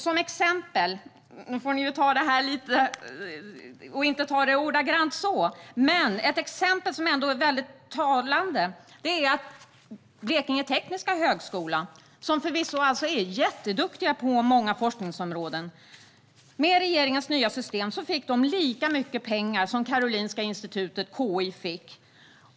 Ett exempel som är mycket talande - ni får inte ta detta ordagrant - är att Blekinge Tekniska Högskola, där man förvisso är mycket duktig på många forskningsområden, med regeringens nya system fick lika mycket pengar som Karolinska Institutet, KI, fick.